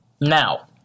Now